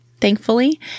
thankfully